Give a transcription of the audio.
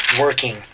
working